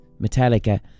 Metallica